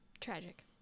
tragic